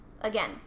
again